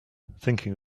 thinking